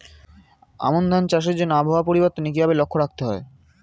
আমন ধান চাষের জন্য আবহাওয়া পরিবর্তনের কিভাবে লক্ষ্য রাখতে হয়?